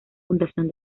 fundación